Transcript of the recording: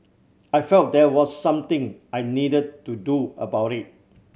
I felt there was something I needed to do about it